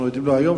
היום,